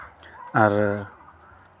ᱟᱨ